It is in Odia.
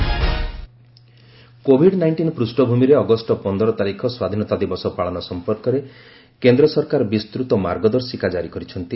କୋଭିଡ୍ ଆଇ ଡେ କୋଭିଡ୍ ନାଇଷ୍ଟିନ୍ ପ୍ରୁଷଭୂମିରେ ଅଗଷ୍ଟ ପନ୍ଦର ତାରିଖ ସ୍ୱାଧୀନତା ଦିବସ ପାଳନ ସମ୍ପର୍କରେ କେନ୍ଦ୍ର ସରକାର ବିସ୍ତୃତ ମାର୍ଗଦର୍ଶିକା କାରି କରିଛନ୍ତି